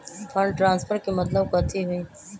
Fund transfer के मतलब कथी होई?